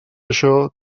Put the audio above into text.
això